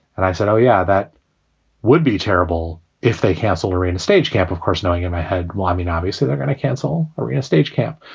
and i said, oh, yeah, that would be terrible if they canceled arena stage camp, of course, knowing in my head. well, i mean, obviously they're going to cancel arena stage camp.